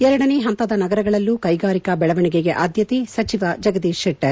ಎರಡನೇ ಪಂತದ ನಗರಗಳಲ್ಲೂ ಕೈಗಾರಿಕಾ ಬೆಳವಣಿಗೆಗೆ ಆದ್ರತೆ ಸಚಿವ ಜಗದೀಶ್ ಶೆಟ್ಟರ್